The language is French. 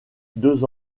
deux